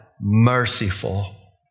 merciful